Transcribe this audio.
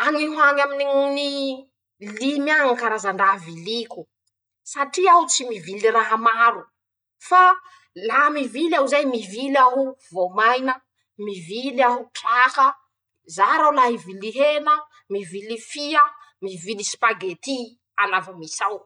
añy ho añyy limy añy karazan-draha viliko, satria aho tsy mivily raha maro fa laha mivily aho zay, mivily aho voamaina, mivily aho traka, zara aho la mivily hena, mivily fia, mivily sipagety halavanizao.